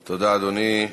תודה, אדוני.